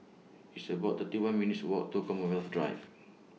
It's about thirty one minutes' Walk to Commonwealth Drive